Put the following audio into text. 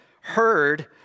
heard